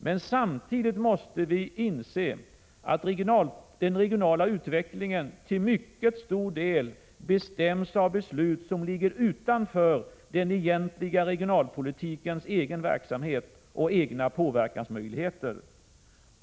Men samtidigt måste vi inse att den regionala utvecklingen till mycket stor del bestäms av beslut som ligger utanför den egentliga regionalpolitikens egen verksamhet och egna påverkansmöjligheter.